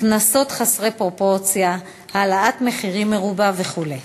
קנסות חסרי פרופורציה, העלאת מחירים מרובה וכו'.